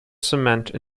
cement